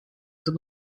tot